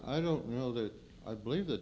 i don't know that i believe th